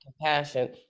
compassion